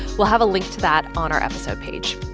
we'll have a link to that on our episode page.